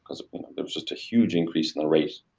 because it was just a huge increase in the rate.